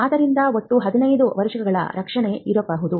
ಆದ್ದರಿಂದ ಒಟ್ಟು 15 ವರ್ಷಗಳ ರಕ್ಷಣೆ ಇರಬಹುದು